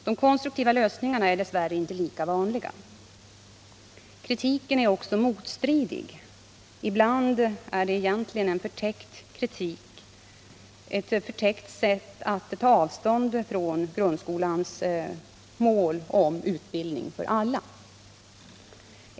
De konstruktiva lösningarna är dess värre inte lika vanliga. Kritiken är också motstridig. Ibland är den egentligen ett förtäckt sätt att ta avstånd från grundskolans mål om en utbildning för alla.